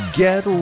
get